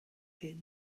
hen